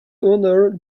owner